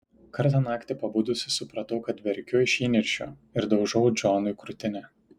kartą naktį pabudusi supratau kad verkiu iš įniršio ir daužau džonui krūtinę